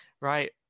Right